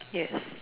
yes